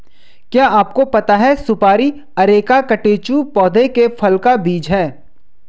क्या आपको पता है सुपारी अरेका कटेचु पौधे के फल का बीज है?